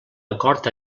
acord